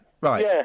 Right